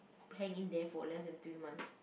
hang in there for less than three months